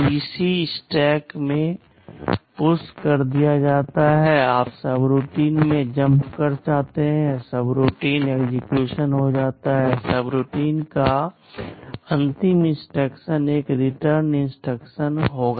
PC stack में push कर दिया जाता है आप सबरूटीन में जम्प कर जाते हैं सबरूटीन एक्सेक्यूशन हो जाता है सबरूटीन का अंतिम इंस्ट्रक्शन एक रिटर्न इंस्ट्रक्शन होगा